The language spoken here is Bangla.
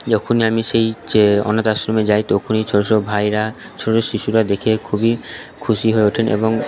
যখনই আমি সেই যে অনাথ আশ্রমে যাই তখনই ছোটো ছোটো ভাইয়েরা ছোটো ছোটো শিশুরা দেখে খুবই খুশি হয়ে ওঠেন এবং